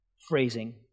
phrasing